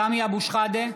סמי אבו שחאדה,